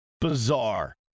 bizarre